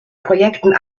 projekten